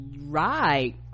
right